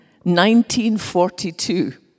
1942